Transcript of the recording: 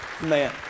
man